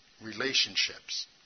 Relationships